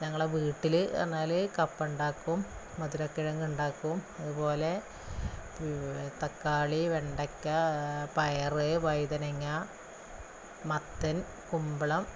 ഞങ്ങളെ വീട്ടിൽ പറഞ്ഞാല് കപ്പ ഉണ്ടാക്കും മധുരക്കിഴങ്ങ് ഉണ്ടാക്കും അതുപോലെ തക്കാളി വെണ്ടക്ക പയറ് വഴുതനങ്ങ മത്തൻ കുമ്പളം